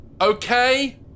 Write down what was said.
okay